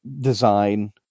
Design